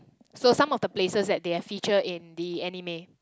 so some of the places that they have feature in the anime